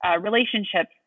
relationships